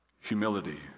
Humility